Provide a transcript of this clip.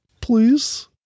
please